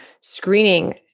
screening